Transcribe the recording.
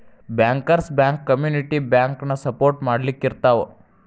bankers bank community ಬ್ಯಾಂಕನ support ಮಾಡ್ಲಿಕ್ಕಿರ್ತಾವ